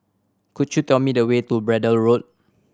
could you tell me the way to Braddell Road